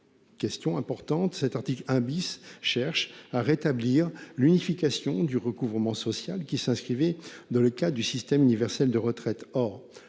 Troisièmement, cet article tend à rétablir l'unification du recouvrement social qui s'inscrivait dans le cadre du système universel de retraite.